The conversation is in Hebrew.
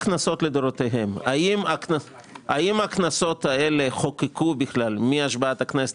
האם הכנסות האלה חוקקו בכלל מהשבעת הכנסת